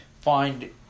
find